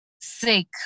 sick